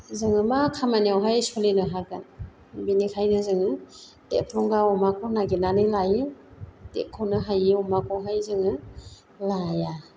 जोङो मा खामानियावहाय सोलिनो हागोन बेनिखायनो जोङो देरफ्रंगा अमाखौ नागिरनानै लायो देरख'नो हायियाव अमाखौहाय जोङो लाया